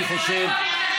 אני פה.